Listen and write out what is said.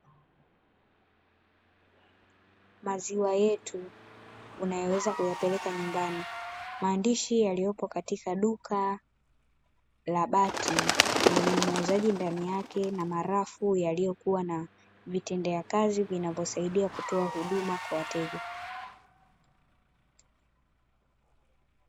"Maziwa yetu unayoweza kuyapeleka nyumbani". Maandishi yaliyopo katika duka la bati lenye muuzaji ndani yake na marafu yaliyokuwa na vitendea kazi vinavyosaidia kutoa huduma kwa wateja.